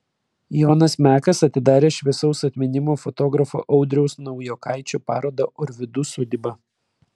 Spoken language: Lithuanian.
jonas mekas atidarė šviesaus atminimo fotografo audriaus naujokaičio parodą orvidų sodyba